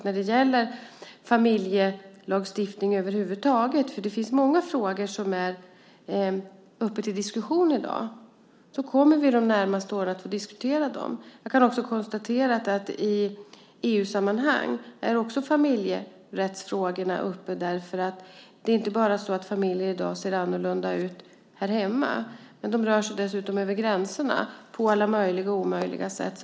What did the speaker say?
När det gäller familjelagstiftning över huvud taget finns det många frågor som diskuteras i dag, och jag tror att vi kommer att få diskutera dem också de närmaste åren. Jag kan även konstatera att familjerättsfrågorna är uppe också i EU-sammanhang. Det är inte bara så att familjer ser annorlunda ut här hemma, utan de rör sig dessutom över gränserna på alla möjliga och omöjliga sätt.